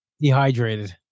Dehydrated